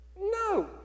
No